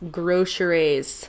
groceries